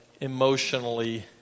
emotionally